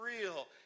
real